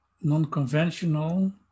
non-conventional